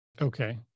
Okay